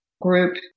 group